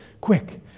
Quick